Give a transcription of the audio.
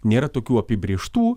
nėra tokių apibrėžtų